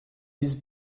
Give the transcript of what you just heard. disent